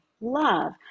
love